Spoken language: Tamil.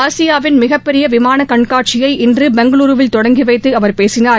ஆசியாவின் மிகப்பெரிய விமான கண்காட்சியை இன்று பெங்களுருவில் தொடங்கிவைத்து அவர் பேசினார்